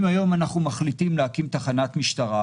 אם היום אנחנו מחליטים להקים תחנת משטרה,